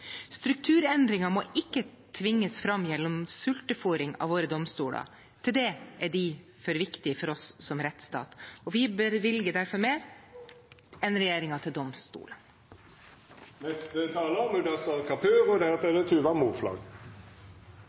Strukturendringer må ikke tvinges fram gjennom sultefôring av våre domstoler. Til det er de for viktige for oss som rettsstat. Vi bevilger derfor mer til domstolene enn